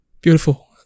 Beautiful